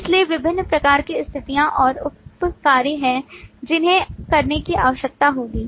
इसलिए विभिन्न प्रकार की स्थितियां और उप कार्य हैं जिन्हें करने की आवश्यकता होगी